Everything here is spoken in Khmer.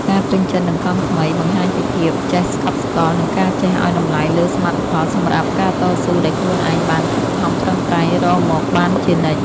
ការពេញចិត្តនឹងកង់ថ្មីបង្ហាញពីភាពចេះស្កប់ស្កល់និងការចេះឱ្យតម្លៃលើសមិទ្ធផលសម្រាប់ការតស៊ូដែលខ្លួនឯងបានខំប្រឹងប្រែងរកមកបានជានិច្ច។